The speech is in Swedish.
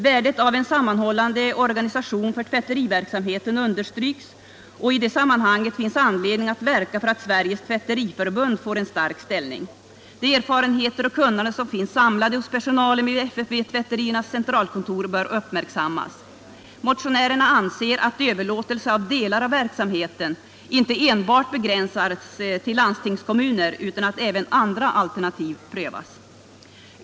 Värdet av en sammanhållande organisation för tvätteriverksamheten understryks, och i det sammanhanget finns anledning att verka för att Sveriges tvätteriförbund får en stark ställning. De erfarenheter och det kunnande som finns samlade hos personalen vid FFV-tvätteriernas centralkontor bör uppmärksammas. Motionärerna anser att överlåtelse av delar av verksamheten inte enbart begränsas till landstingskommuner utan att även andra alternativ prövas.